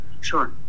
Sure